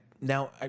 now